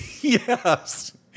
Yes